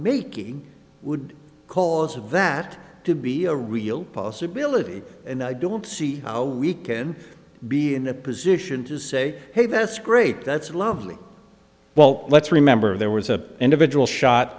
making would cause of that to be a real possibility and i don't see how we can be in a position to say hey that's great that's lovely well let's remember there was a individual shot